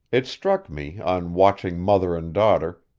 it struck me, on watching mother and daughter,